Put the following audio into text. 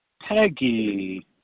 Peggy